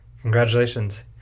congratulations